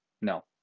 no